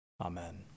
Amen